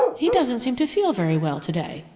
he doesn't seem to feel very well to-day.